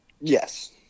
Yes